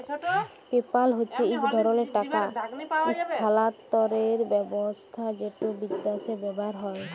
PayPal হছে ইক ধরলের টাকা ইসথালালতরের ব্যাবস্থা যেট বিদ্যাশে ব্যাভার হয়